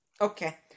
Okay